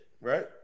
Right